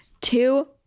two